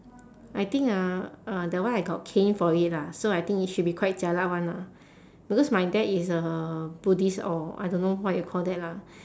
I think ah uh that one I got caned for it lah so I think it should be quite jialat [one] lah because my dad is a buddhist or I don't know what you call that lah